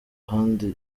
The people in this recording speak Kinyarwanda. ahandi